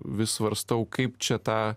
vis svarstau kaip čia tą